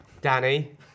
Danny